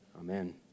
Amen